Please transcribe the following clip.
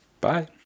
Bye